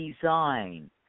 design